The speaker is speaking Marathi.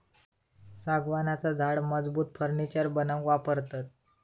सागवानाचा झाड मजबूत फर्नीचर बनवूक वापरतत